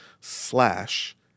slash